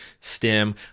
stem